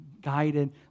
guided